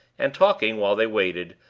and talking, while they waited,